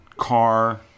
Car